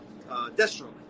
Destro